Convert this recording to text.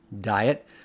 Diet